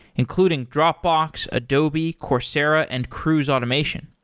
including dropbox, adobe, coursera and cruise automation.